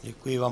Děkuji vám.